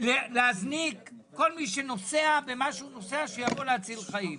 להזניק כל מי שנוסע במה שהוא נוסע שיבוא הציל חיים.